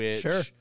Sure